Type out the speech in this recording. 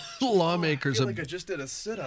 lawmakers